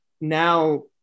Now